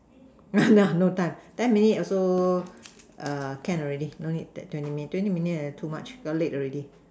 ha no time that means so ah can't ready no need twenty minutes twenty minutes too much early already